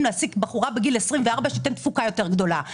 להעסיק בחורה בגיל 24 שתיתן תפוקה יותר גדולה.